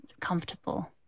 comfortable